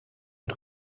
und